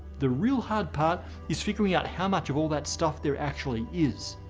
the real hard part is figuring out how much of all that stuff there actually is.